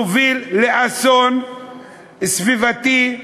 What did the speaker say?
נוביל לאסון סביבתי,